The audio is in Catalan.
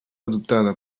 adoptada